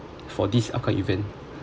for this outcome event